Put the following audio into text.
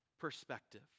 perspective